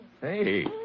Hey